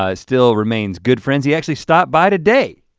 um still remains good friends, he actually stopped by today.